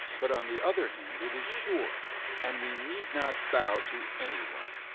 but, on the other hand, it is sure and we need not bow to any one.